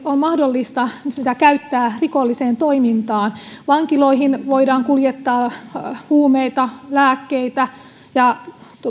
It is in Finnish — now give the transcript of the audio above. on mahdollista käyttää rikolliseen toimintaan vankiloihin voidaan kuljettaa huumeita lääkkeitä ja